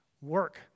Work